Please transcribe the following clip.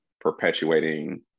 perpetuating